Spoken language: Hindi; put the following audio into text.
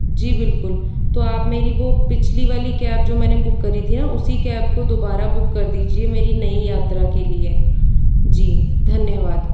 जी बिल्कुल तो आप मेरी वह पिछली वाली कैब जो मैंने बुक करी थी न उसी कैब को दुबारा बुक कर दीजिए मेरी नई यात्रा के लिए जी धन्यवाद